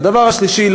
והדבר השלישי,